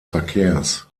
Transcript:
verkehrs